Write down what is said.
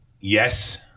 yes